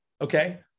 okay